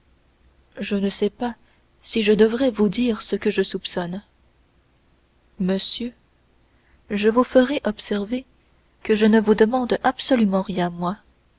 je ne sais pas si je devrais vous dire ce que je soupçonne monsieur je vous ferai observer que je ne vous demande absolument rien moi